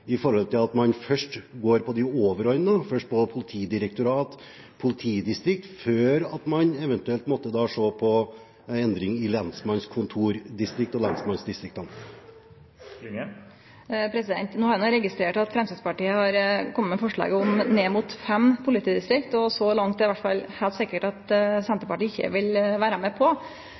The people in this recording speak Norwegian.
man først går på de overordnede, Politidirektoratet og politidistriktene, før man eventuelt ser på endring i lensmannsdistriktene? Eg har registrert at Framstegspartiet har kome med forslag om ned mot fem politidistrikt. Så langt er det i alle fall heilt sikkert at det vil Senterpartiet ikkje vere med på.